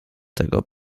tego